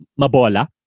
mabola